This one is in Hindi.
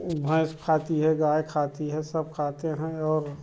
भैंस खाती है गाय खाती है सब खाते हैं और